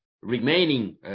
Remaining